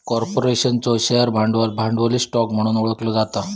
कॉर्पोरेशनचो शेअर भांडवल, भांडवली स्टॉक म्हणून ओळखला जाता